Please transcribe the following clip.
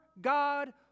God